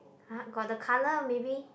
!huh! got the color maybe